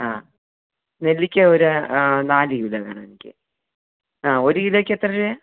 ആ നെല്ലിക്ക ഒരു നാല് കിലോ വേണമെനിക്ക് ആ ഒരു കിലോയ്ക്ക് എത്ര രൂപയാണ്